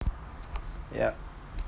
yup